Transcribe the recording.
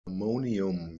ammonium